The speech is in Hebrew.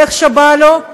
איך שבא לו,